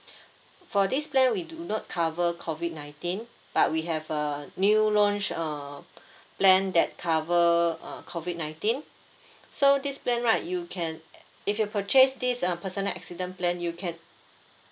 for this plan we do not cover COVID nineteen but we have a new launch uh plan that cover uh COVID nineteen so this plan right you can if you purchase this uh personal accident plan you can